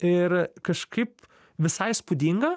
ir kažkaip visai įspūdinga